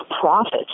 profits